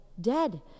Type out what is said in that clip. dead